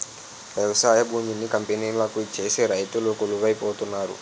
వ్యవసాయ భూమిని కంపెనీలకు ఇచ్చేసి రైతులు కొలువై పోనారు